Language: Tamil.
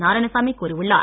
நாராயணசாமி கூறியுள்ளார்